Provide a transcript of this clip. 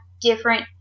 different